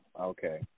okay